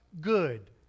good